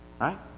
Right